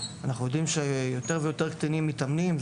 אנחנו יודעים שיותר ויותר קטינים מתאמנים.